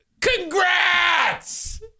congrats